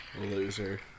Loser